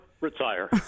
retire